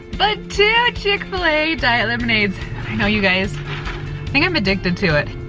but two chik-fil-a diet lemonades. i know you guys think i'm addicted to it.